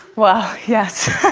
well, yes,